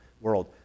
world